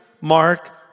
Mark